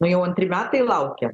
nu jau antri metai laukia